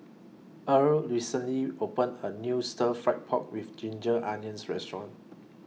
Earle recently opened A New Stir Fried Pork with Ginger Onions Restaurant